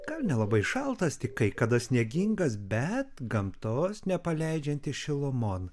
gal nelabai šaltas tik kai kada sniegingas bet gamtos nepaleidžianti šilumon